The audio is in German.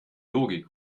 logik